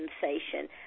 sensation